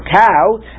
cow